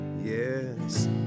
yes